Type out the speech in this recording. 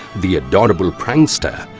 the adorable prankster,